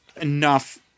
enough